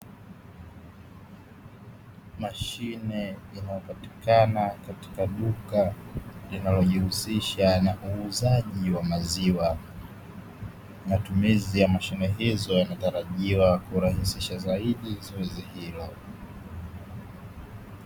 Mashine inayopatikana katika duka linalojihusisha na uuzaji wa maziwa. Matumizi ya mashine hizo yanatarajiwa kurahisisha zaidi zoezi hilo.